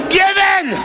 given